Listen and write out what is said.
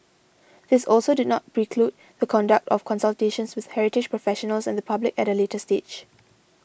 this also did not preclude the conduct of consultations with heritage professionals and the public at a later stage